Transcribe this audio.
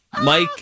Mike